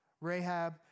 Rahab